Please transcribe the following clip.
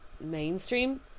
mainstream